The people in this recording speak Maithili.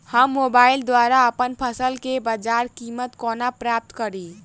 हम मोबाइल द्वारा अप्पन फसल केँ बजार कीमत कोना प्राप्त कड़ी?